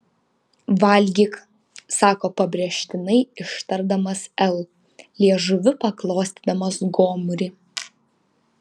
valgyk sako pabrėžtinai ištardamas l liežuviu paglostydamas gomurį